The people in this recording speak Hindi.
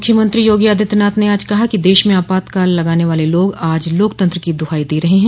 मुख्यमंत्री योगी आदित्यनाथ ने आज कहा कि देश में आपातकाल लगाने वाले लोग आज लोकतंत्र की दुहाई दे रहे हैं